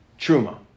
truma